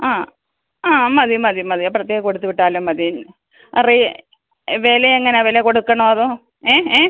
ആ ആ മതി മതി മതി അപ്പോഴത്തേക്ക് കൊടുത്തു വിട്ടാലും മതി അറിയേ വില എങ്ങനെയാണ് വില കൊടുക്കണോ അതോ ഏ ഏ